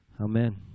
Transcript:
Amen